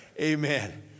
amen